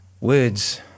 Words